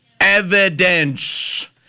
Evidence